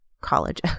college